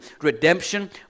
Redemption